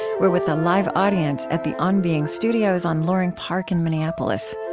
we're with a live audience at the on being studios on loring park, in minneapolis